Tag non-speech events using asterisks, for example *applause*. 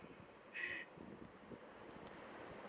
*breath*